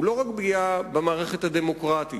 הוא לא רק פגיעה במערכת הדמוקרטית,